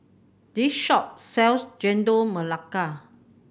this shop sells Chendol Melaka